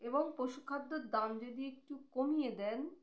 এবং পশুখাদ্যর দাম যদি একটু কমিয়ে দেন